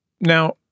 Now